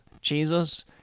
Jesus